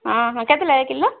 ଅଁ ହଁ କେତେ ଲେଖାଁ କିଲୋ